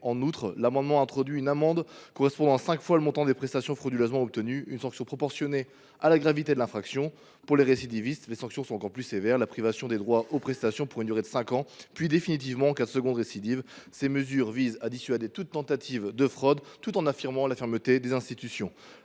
En outre, l’amendement vise à instaurer une amende correspondant à cinq fois le montant des prestations frauduleusement obtenues, une sanction proportionnée à la gravité de l’infraction. Pour les récidivistes, les sanctions seraient encore plus sévères : privation des droits aux prestations pour une durée de cinq ans, puis définitivement en cas de seconde récidive. Ces mesures visent à dissuader toute tentative de fraude et à affirmer la fermeté des institutions.